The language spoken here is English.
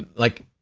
like,